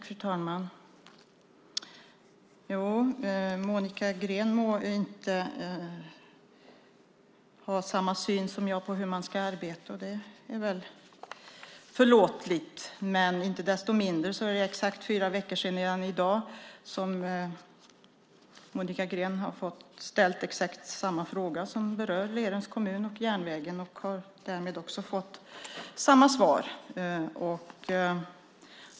Fru talman! Monica Green må ha en annan syn än jag på hur man ska arbeta, och det är förlåtligt. Men inte desto mindre är det i dag fyra veckor sedan Monica Green ställde exakt samma fråga, som berör Lerums kommun och järnvägen, och därmed har hon fått samma svar.